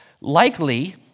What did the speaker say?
Likely